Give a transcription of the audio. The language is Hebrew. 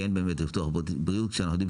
כי אין באמת ביטוח בריאות שאנחנו יודעים